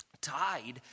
tied